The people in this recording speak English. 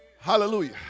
Hallelujah